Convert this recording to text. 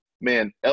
Man